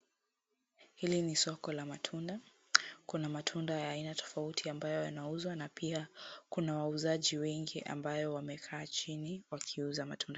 Hili ni soko la matunda. Kuna matunda ya aina tofauti ambayo yanauzwa na pia kuna wauzaji wengi ambao wamekaa chini wakiuza matunda.